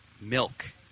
milk